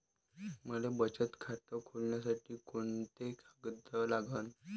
मले बचत खातं खोलासाठी कोंते कागद लागन?